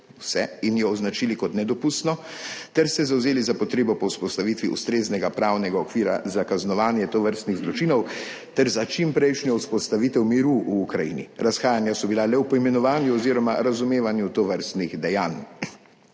in jo označili kot nedopustno ter se zavzeli za potrebo po vzpostavitvi ustreznega pravnega okvira za kaznovanje tovrstnih zločinov ter za čimprejšnjo vzpostavitev miru v Ukrajini. Razhajanja so bila le v poimenovanju oziroma razumevanju tovrstnih dejanj.